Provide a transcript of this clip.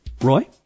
Roy